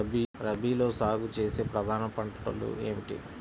రబీలో సాగు చేసే ప్రధాన పంటలు ఏమిటి?